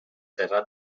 terrat